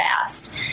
fast